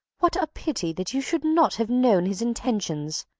what a pity that you should not have known his intentions!